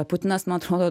putinas man atrodo